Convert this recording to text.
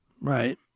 Right